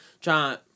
trying